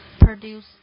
produce